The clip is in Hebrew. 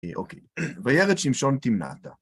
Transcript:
אוקיי, וירד שמשון תמנעתה.